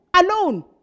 Alone